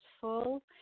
full